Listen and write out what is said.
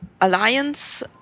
Alliance